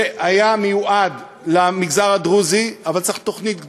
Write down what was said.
שהיה מיועד למגזר הדרוזי, אבל צריך תוכנית גדולה,